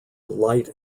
light